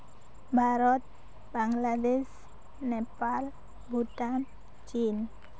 ᱵᱷᱟᱨᱚᱛ ᱵᱟᱝᱞᱟᱫᱮᱥ ᱱᱮᱯᱟᱞ ᱵᱷᱩᱴᱟᱱ ᱪᱤᱱ